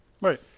Right